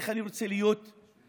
איך אני רוצה להיות רופא,